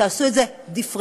תעשו את זה דיפרנציאלי.